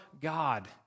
God